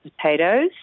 potatoes